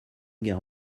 guerre